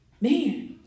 Man